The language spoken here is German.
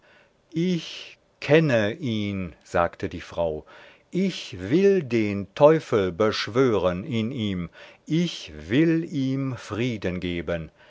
ich kenne ihn sagte die frau ich will den teufel beschwören in ihm ich will ihm frieden geben